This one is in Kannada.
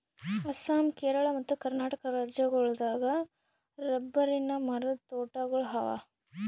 ಅಸ್ಸಾಂ ಕೇರಳ ಮತ್ತ್ ಕರ್ನಾಟಕ್ ರಾಜ್ಯಗೋಳ್ ದಾಗ್ ರಬ್ಬರಿನ್ ಮರದ್ ತೋಟಗೋಳ್ ಅವಾ